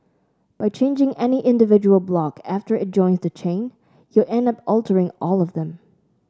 by changing any individual block after it joins the chain you'll end up altering all of them